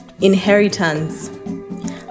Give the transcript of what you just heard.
inheritance